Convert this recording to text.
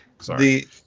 Sorry